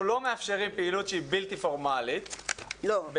אנחנו לא מאפשרים פעילות שהיא בלתי פורמלית בעיקרה.